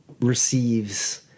receives